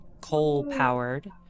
coal-powered